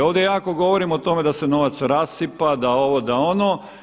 Ovdje jako govorimo o tome da se novac rasipa, da ovo, da ono.